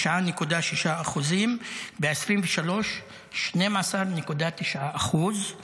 9.6%; ב-2023, 12.9%;